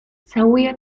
całuję